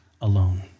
alone